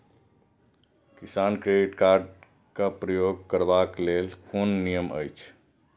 किसान credit card क प्रयोग करबाक लेल कोन नियम अछि?